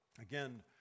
again